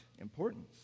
importance